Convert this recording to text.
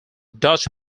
dutch